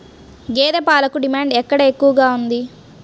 గేదె పాలకు డిమాండ్ ఎక్కడ ఎక్కువగా ఉంది?